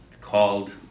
called